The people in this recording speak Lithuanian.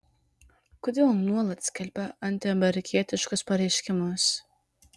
kodėl nuolat skelbia antiamerikietiškus pareiškimus